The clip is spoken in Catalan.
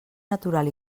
natural